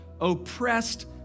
oppressed